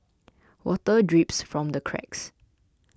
water drips from the cracks